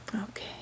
Okay